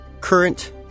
current